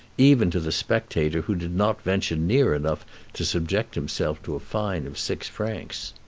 even to the spectator who did not venture near enough to subject himself to a fine of six francs.